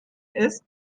ist